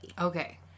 Okay